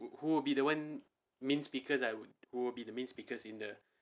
who will be the one main speakers ah who would be the main speakers in the